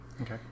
Okay